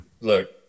Look